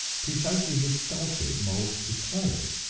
precisely as a sculptor molds the clay.